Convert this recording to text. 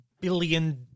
billion